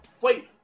wait